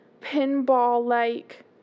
pinball-like